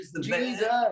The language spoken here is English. Jesus